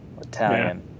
Italian